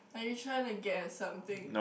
are you trying to get at something